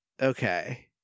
Okay